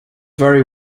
very